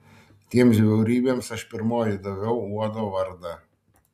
tiems bjaurybėms aš pirmoji daviau uodo vardą